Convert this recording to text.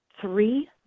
three